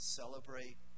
celebrate